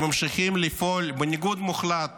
הם ממשיכים לפעול בניגוד מוחלט